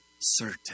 certain